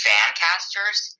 Fancasters